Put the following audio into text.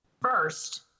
first